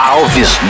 Alves